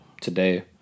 today